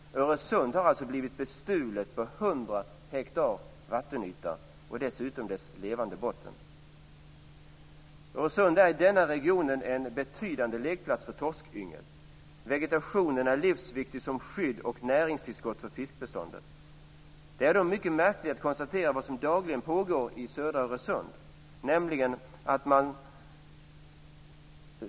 Öresund har alltså blivit bestulet på 100 hektar vattenyta och dessutom dess levande botten. Öresund är i denna region en betydande lekplats för torskyngel. Vegetationen är livsviktig som skydd och näringstillskott för fiskbeståndet. Det är då mycket märkligt att konstatera vad som dagligen pågår i södra Öresund.